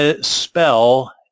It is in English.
spell